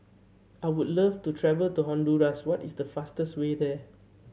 I would love to travel to Honduras what is the fastest way there